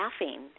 laughing